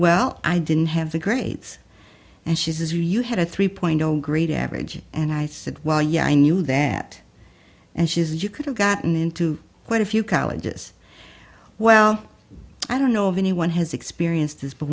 well i didn't have the grades and she says you had a three point zero grade average and i said well yeah i knew that and she is you could have gotten into quite a few colleges well i don't know if anyone has experienced this but